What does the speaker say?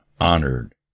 honored